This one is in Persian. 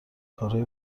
کارهای